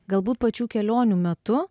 galbūt pačių kelionių metu